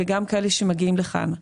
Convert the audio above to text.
וגם כאלה שמגיעים לכאן.